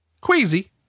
queasy